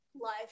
life